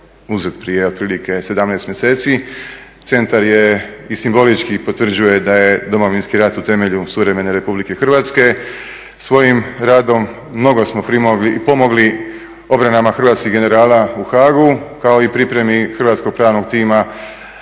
uzet prije otprilike 17 mjeseci. Centar je i simbolički potvrđuje da je Domovinski rat u temelju suvremene Republike Hrvatske svojim radom, mnogo smo primogli i pomogli obranama hrvatskih generala u Haagu kao i pripremi hrvatskog pravnog tima